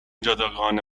جداگانه